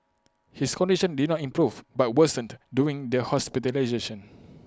his condition did not improve but worsened during their hospitalisation